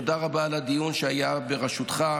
תודה רבה על הדיון שהיה בראשותך,